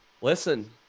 Listen